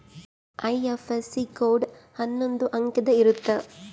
IFSC code ಅನ್ನೊಂದ್ ಅಂಕಿದ್ ಇರುತ್ತ